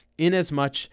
Inasmuch